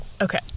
okay